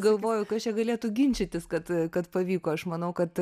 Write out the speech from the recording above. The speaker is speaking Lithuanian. galvoju kas čia galėtų ginčytis kad kad pavyko aš manau kad